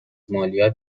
مالیات